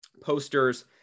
posters